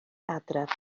adref